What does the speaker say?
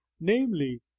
namely